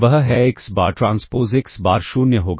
वह है x bar transpose x bar 0 होगा